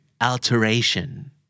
alteration